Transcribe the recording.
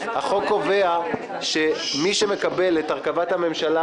החוק קובע שמי שמקבל את הרכבת הממשלה